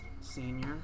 senior